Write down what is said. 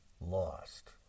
lost